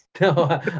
No